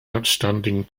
outstanding